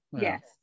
Yes